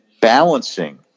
balancing